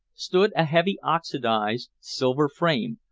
stood a heavy oxidized silver frame,